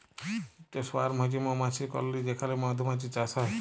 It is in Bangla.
ইকট সোয়ার্ম হছে মমাছির কললি যেখালে মধুমাছির চাষ হ্যয়